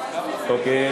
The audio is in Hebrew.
בבקשה.